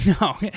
No